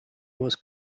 was